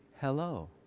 hello